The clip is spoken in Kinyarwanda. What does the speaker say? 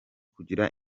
kugira